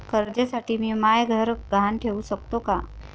कर्जसाठी मी म्हाय घर गहान ठेवू सकतो का